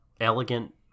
elegant